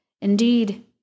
Indeed